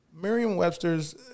Merriam-Webster's